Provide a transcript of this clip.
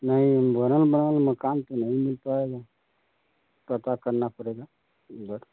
नहीं बनल बनल मकान तो नहीं मिल पाएगा पता करना पड़ेगा उधर